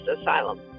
asylum